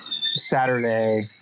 saturday